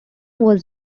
was